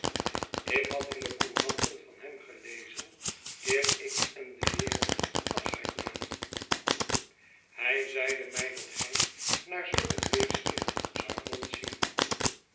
ik had in de couranten van hem gelezen eer ik en de wereld afscheid namen hij zeide mij dat hij naar zulk een weeskind zou